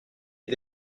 les